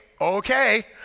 okay